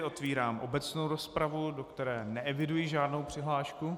Otevírám obecnou rozpravu, do které neeviduji žádnou přihlášku.